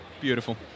Beautiful